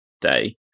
day